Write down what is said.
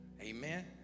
Amen